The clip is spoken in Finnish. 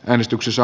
äänestyksissä